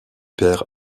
père